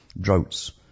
droughts